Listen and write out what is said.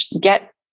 get